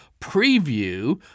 preview